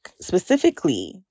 specifically